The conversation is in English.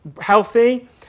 healthy